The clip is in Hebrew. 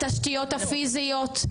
התשתיות הפיזיות,